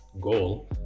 goal